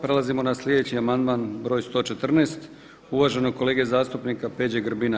Prelazimo na sljedeći amandman broj 114 uvaženog kolege zastupnika Peđe Grbina.